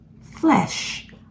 flesh